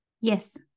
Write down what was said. Yes